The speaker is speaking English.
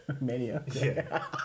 Mania